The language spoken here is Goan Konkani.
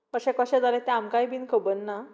तशें कशें जालें तें आमकांय बीन खबर ना